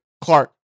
Clark